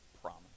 promise